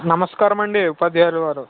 నమస్కారమండి ఉపాధ్యాయుల వారు